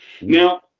Now